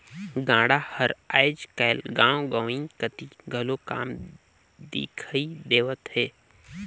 गाड़ा हर आएज काएल गाँव गंवई कती घलो कम दिखई देवत हे